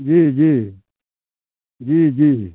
जी जी जी जी